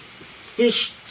fished